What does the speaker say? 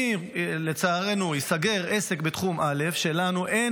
אם לצערנו ייסגר עסק בתחום א' שלנו אין